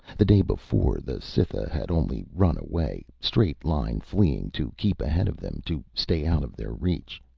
the day before, the cytha had only run away, straight-line fleeing to keep ahead of them, to stay out of their reach.